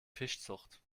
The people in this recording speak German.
fischzucht